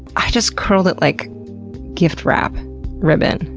i just curled it like gift wrap ribbon,